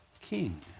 king